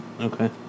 Okay